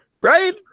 right